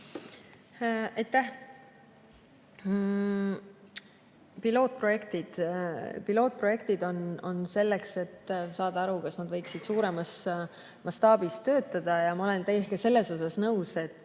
Pilootprojektid on selleks, et saada aru, kas nad võiksid suuremas mastaabis töötada. Ja ma olen teiega selles osas nõus, et